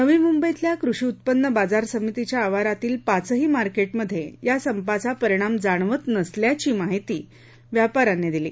नवी मुंबईतल्या कृषी उत्पन्न बाजार समितीच्या आवारातील पाचही मार्केटमध्ये या संपाचा परिणाम जाणवत नसल्याची माहिती व्यापा यांनी दिली